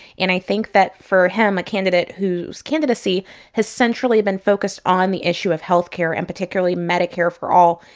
and i think that for him, a candidate whose candidacy has centrally been focused on the issue of health care and particularly medicare for all,